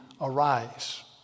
arise